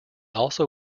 also